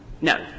No